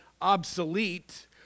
obsolete